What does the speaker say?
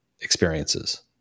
experiences